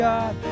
God